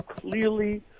clearly